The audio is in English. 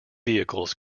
vehicles